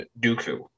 Dooku